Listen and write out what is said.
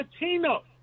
Latino